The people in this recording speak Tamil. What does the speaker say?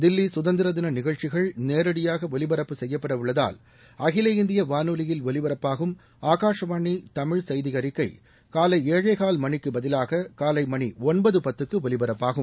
தில்லி சுதந்திர தின நிகழ்ச்சிகள் நேரடியாக ஒலிபரப்பு செய்யப்பட உள்ளதால் அகில இந்திய வானொலியில் ஒலிப்பரப்பாகும் ஆகாஷ்வாணி தமிழ் செய்தியறிக்கை காலை ஏழேகால் மணிக்கு பதிவாக காலை மணி ஒன்பது பத்துக்கு ஒலிப்பரப்பாகும்